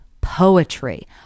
poetry